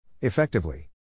Effectively